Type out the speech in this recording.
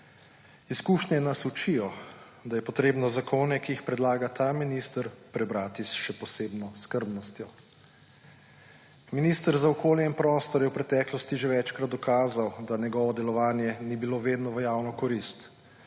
Izkušnje nas učijo, da je potrebno zakone, ki jih predlaga ta minister, prebrati še s posebno skrbnostjo. Minister za okolje in prostor je v preteklosti že večkrat dokazal, da njegovo delovanje ni bilo vedno v javno korist.